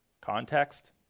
context